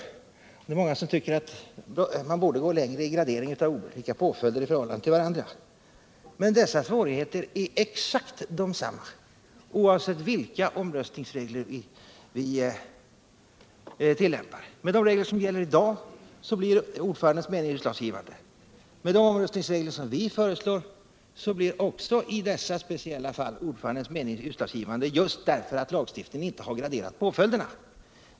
Och det är många som tycker att man borde gå längre i graderingen av olika påföljder i förhållande till varandra. Men dessa svårigheter är exakt desamma oavsett vilka omröstningsregler som tillämpas. Med de regler som gäller i dag blir ordförandens röst utslagsgivande. Med de omröstningsregler som vi föreslår blir också, i dessa speciella fall, ordförandens röst utslagsgivande just därför 'att lagstiftningen inte har graderat påföljderna.